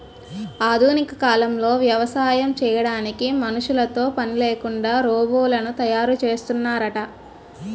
ఆధునిక కాలంలో వ్యవసాయం చేయడానికి మనుషులతో పనిలేకుండా రోబోలను తయారు చేస్తున్నారట